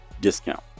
discount